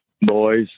Boys